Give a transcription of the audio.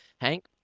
Hank